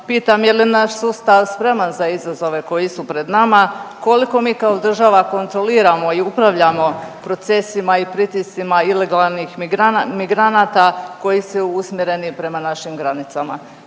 pitam je li naš sustav spreman za izazove koji su pred nama? Koliko mi kao država kontroliramo i upravljamo procesima i pritiscima ilegalnih migranata koji su usmjereni prema našim granicama?